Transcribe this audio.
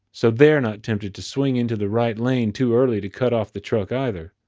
so they're not tempted to swing into the right lane too early to cut off the truck either.